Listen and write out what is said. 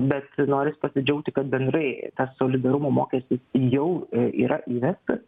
bet noris pasidžiaugti kad bendrai tas solidarumo mokestis jau yra įvestas